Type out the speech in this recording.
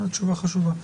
תשובה חשובה.